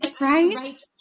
right